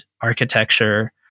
architecture